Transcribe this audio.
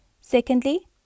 Secondly